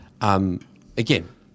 again –